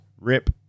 rip